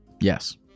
Yes